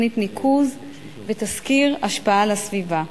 תוכנית ניקוז ותסקיר השפעה על הסביבה.